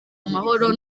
amahoro